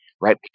right